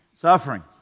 suffering